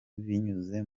binyuze